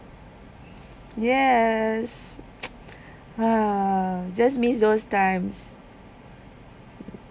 yes just miss those time